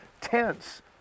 tents